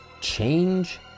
Change